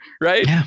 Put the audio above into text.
right